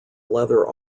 leather